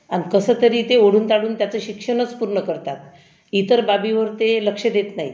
अन् कसं तरी ते ओढूनताढून त्याचं शिक्षणच पूर्ण करतात इतर बाबीवर ते लक्ष देत नाहीत